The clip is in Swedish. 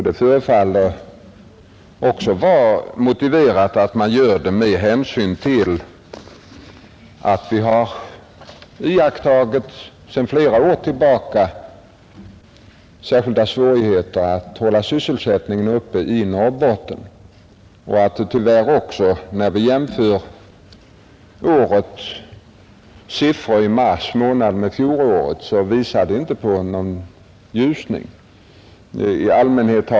Det förefaller också vara motiverat att man gör det med hänsyn till att vi sedan flera år tillbaka har iakttagit särskilda svårigheter att hålla sysselsättningen uppe i Norrbotten och siffrorna för mars månad i år jämförda med fjolårets inte visar någon ljusning.